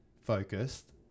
focused